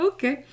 Okay